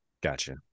Gotcha